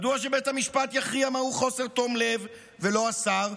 מדוע שבית המשפט יכריע מהו חוסר תום לב ולא השר?